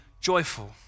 joyful